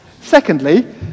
Secondly